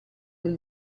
del